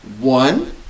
One